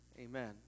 Amen